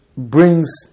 Brings